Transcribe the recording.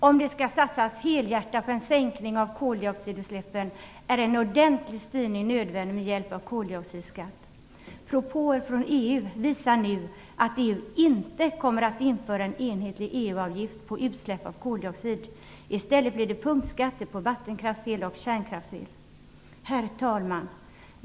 Om det skall satsas helhjärtat på en sänkning av koldioxidutsläppen är en ordentlig styrning nödvändig med hjälp av koldioxidskatt. Propåer från EU visar nu att EU inte kommer att införa en enhetlig EU-avgift på utsläpp av koldioxid. I stället blir det punktskatter på vattenkraftsel och kärnkraftsel. Herr talman!